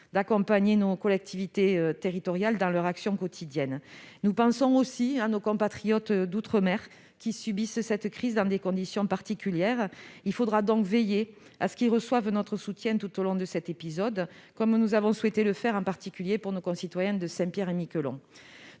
d'accompagner nos collectivités territoriales dans leur action quotidienne. Nous pensons aussi à nos compatriotes d'outre-mer, qui subissent cette crise dans des conditions particulières. Il faudra donc veiller à ce qu'ils reçoivent notre soutien tout au long de cet épisode, comme nous avons souhaité le faire en particulier pour nos concitoyens de Saint-Pierre-et-Miquelon.